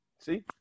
See